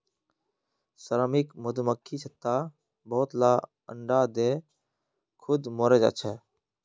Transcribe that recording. श्रमिक मधुमक्खी छत्तात बहुत ला अंडा दें खुद मोरे जहा